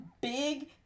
big